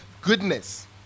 goodness